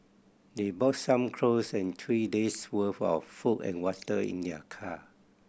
they brought some clothes and three days' worth of food and water in their car